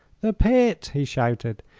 the pit! he shouted.